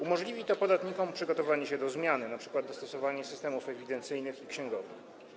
Umożliwi to podatnikom przygotowanie się do zmiany, np. dostosowanie systemów ewidencyjnych i księgowych.